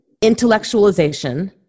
intellectualization